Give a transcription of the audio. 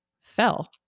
fell